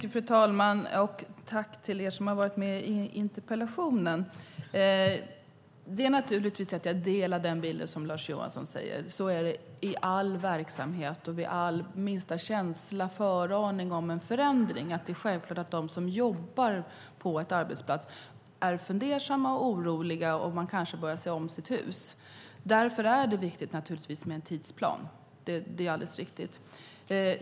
Fru talman! Jag tackar alla som deltagit i interpellationsdebatten. Jag delar naturligtvis Lars Johanssons bild. Så är det i all verksamhet. Vid minsta känsla eller föraning om en förändring är det självklart att de som jobbar på en arbetsplats är fundersamma och oroliga. Man kanske börjar se om sitt hus. Därför är det naturligtvis viktigt med en tidsplan. Det är alldeles riktigt.